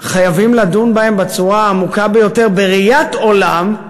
חייבים לדון בהם בצורה העמוקה ביותר, בראיית עולם,